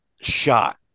shot